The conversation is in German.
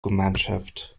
gemeinschaft